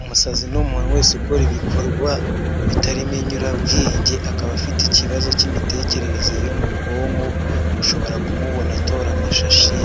Umusazi ni umuntuntu wese ukora ibikorwa bitarimo inyurabwenge, akaba afite ikibazo k'imitekerereze yo mu bwonko, ushobora kumubona atora amashashi,